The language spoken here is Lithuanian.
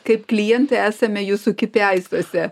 kaip klientai esame jūsų kipėaisuose